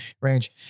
range